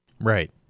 Right